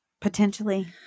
Potentially